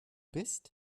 bist